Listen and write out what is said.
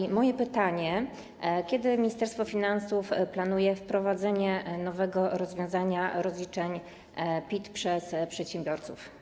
I moje pytanie: Kiedy Ministerstwo Finansów planuje wprowadzenie nowego rozwiązania dotyczącego rozliczeń PIT przez przedsiębiorców?